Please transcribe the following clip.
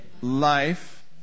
Life